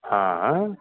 हा हा